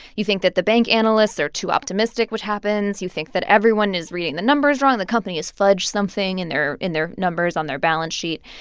you think that the bank analysts are too optimistic, which happens. you think that everyone is reading the numbers wrong. the company has fudged something in their in their numbers on their balance sheet.